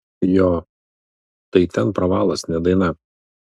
jo tai ten pravalas ne daina